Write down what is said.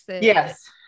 yes